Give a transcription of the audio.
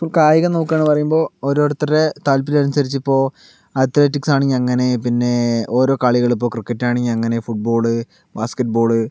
some കായികം നോക്കുകയാന്ന് എന്ന് പറയുബോൾ ഓരോരുത്തരുടെ താല്പര്യം അനുസരിച്ച് ഇപ്പോൾ അത്ലറ്റിക്സ് ആണെങ്കിൽ അങ്ങനെ പിന്നെ ഓരോ കളികൾ ഇപ്പോൾ ക്രിക്കറ്റാണെങ്കിൽ അങ്ങനെ ഫുട്ബോൾ ബാസ്കറ്റ്ബാൾ